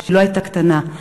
היא לא הייתה קטנה,